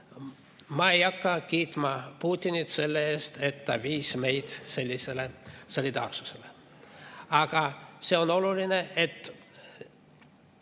Ma ei hakka kiitma Putinit selle eest, et ta viis meid sellisele solidaarsusele. Aga see on oluline, et